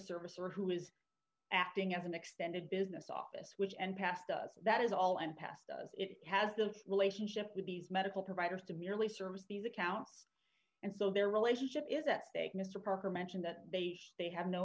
service or who is acting as an extended business office with and past us that is all and past it has the relationship with the medical providers to merely service these accounts and so their relationship is that they mr parker mentioned that they they have no